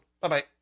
bye-bye